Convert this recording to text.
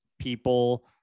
people